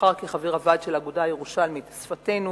נבחר כחבר הוועד של האגודה הירושלמית "שפתנו",